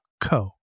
co